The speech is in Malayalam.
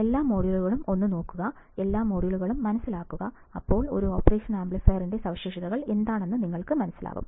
എല്ലാ മൊഡ്യൂളുകളും ഒന്ന് നോക്കുക എല്ലാ മൊഡ്യൂളുകളും മനസിലാക്കുക അപ്പോൾ ഒരു ഓപ്പറേഷൻ ആംപ്ലിഫയറിന്റെ സവിശേഷതകൾ എന്താണെന്ന് നിങ്ങൾക്ക് മനസ്സിലാകും